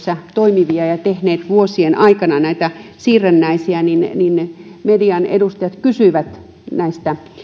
toimivia ja jotka ovat tehneet vuosien aikana näitä siirrännäisiä totesivat kun median edustajat kysyivät näistä